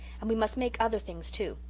and we must make other things too.